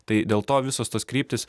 tai dėl to visos tos kryptys